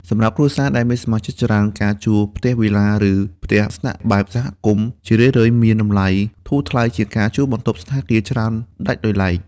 សម្រាប់គ្រួសារដែលមានសមាជិកច្រើន ការជួលផ្ទះវិឡា ឬផ្ទះស្នាក់បែបសហគមន៍ ជារឿយៗមានតម្លៃធូរថ្លៃជាងការជួលបន្ទប់សណ្ឋាគារច្រើនដាច់ដោយឡែក។